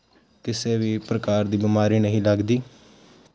ਕਿਸੇ ਵੀ ਪ੍ਰਕਾਰ ਦੀ ਬਿਮਾਰੀ ਨਹੀਂ ਲੱਗਦੀ